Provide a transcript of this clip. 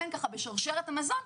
בשרשרת המזון,